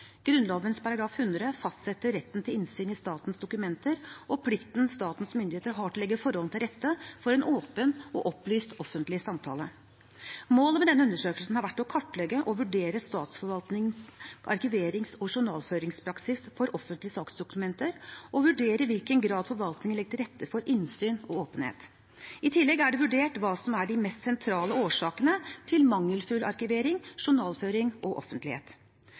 100 fastsetter retten til innsyn i statens dokumenter og plikten statens myndigheter har til å legge forholdene til rette for en åpen og opplyst offentlig samtale. Målet med denne undersøkelsen har vært å kartlegge og vurdere statsforvaltningens arkiverings- og journalføringspraksis for offentlige saksdokumenter og vurdere i hvilken grad forvaltningen legger til rette for innsyn og åpenhet. I tillegg er det vurdert hva som er de mest sentrale årsakene til mangelfull arkivering, journalføring og offentlighet.